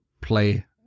play